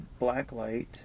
Blacklight